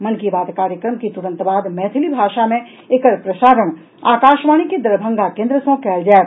मन की बात कार्यक्रम के तूरंत बाद मैथिली भाषा मे एकर प्रसारण आकाशवाणी के दरभंगा केंद्र सँ कयल जायत